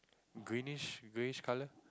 greenish greyish colour